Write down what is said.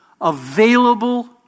available